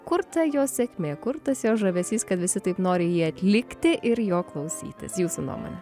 kur ta jo sėkmė kur tas jo žavesys kad visi taip nori jį atlikti ir jo klausytis jūsų nuomone